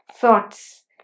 thoughts